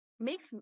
makes